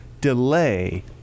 delay